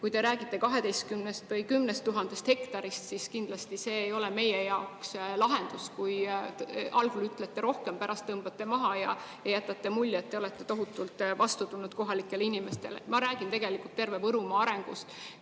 Kui te räägite 12 000 või 10 000 hektarist, siis kindlasti see ei ole meie jaoks lahendus, kui algul ütlete rohkem, pärast tõmbate maha ja jätate mulje, et te olete tohutult vastu tulnud kohalikele inimestele. Ma räägin tegelikult terve Võrumaa arengust.